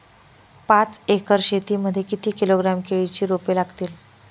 पाच एकर शेती मध्ये किती किलोग्रॅम केळीची रोपे लागतील?